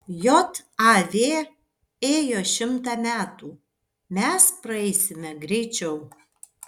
jav ėjo šimtą metų mes praeisime greičiau